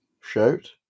Shout